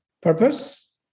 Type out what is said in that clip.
purpose